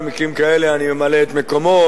במקרים כאלה אני ממלא את מקומו,